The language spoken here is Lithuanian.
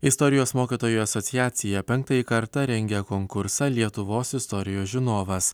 istorijos mokytojų asociacija penktąjį kartą rengia konkursą lietuvos istorijos žinovas